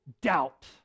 doubt